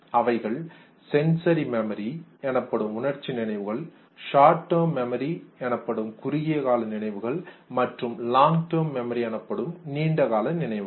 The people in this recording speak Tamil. அவைகள் சென்சரி மெமரி எனப்படும் உணர்ச்சி நினைவுகள் ஷார்ட் டேர்ம் மெமரி குறுகிய கால நினைவுகள் மற்றும் லாங் டேர்ம் மெமரி நீண்ட கால நினைவுகள்